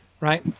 right